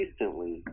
recently